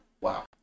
Wow